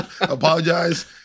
Apologize